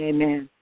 Amen